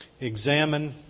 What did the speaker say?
Examine